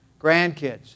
Grandkids